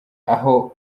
aho